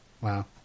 Wow